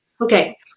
Okay